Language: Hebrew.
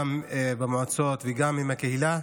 גם במועצות וגם עם הקהילה,